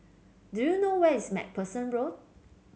do you know where is MacPherson Road